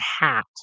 hat